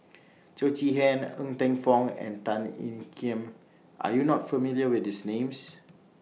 Teo Chee Hean Ng Teng Fong and Tan Ean Kiam Are YOU not familiar with These Names